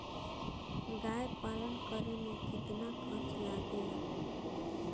गाय पालन करे में कितना खर्चा लगेला?